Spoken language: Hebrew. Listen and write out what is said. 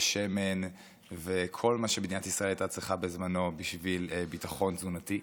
שמן וכל מה שמדינת ישראל הייתה צריכה בזמנו בשביל ביטחון תזונתי.